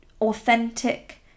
authentic